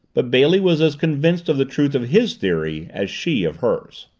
but bailey was as convinced of the truth of his theory as she of hers.